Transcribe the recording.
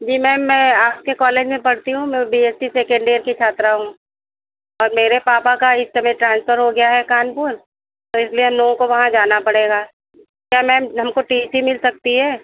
जी ma'am मैं आपके college में पढ़ती हूँ मैं बी एससी सेकेन्ड इयर की छात्रा हूँ और मेरे पापा का इस समय ट्रान्सफ़र हो गया है कानपुर तो इसलिए हम लोगों को वहाँ जाना पड़ेगा क्या मैम हमको टी सी मिल सकती है